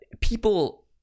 people